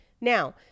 Now